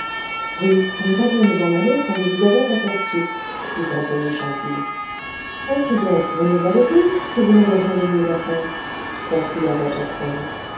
oui nous allions nous en aller quand nous vous avons aperçus dit antonie chantilly ainsi donc venez avec nous si vous n'avez rien de mieux à faire conclut